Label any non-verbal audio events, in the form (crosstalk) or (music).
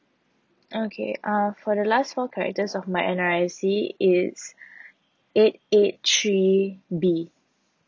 okay uh for the last four characters of my N_R_I_C it's (breath) eight eight three B